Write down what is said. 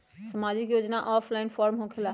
समाजिक योजना offline form होकेला?